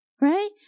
right